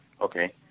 Okay